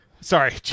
Sorry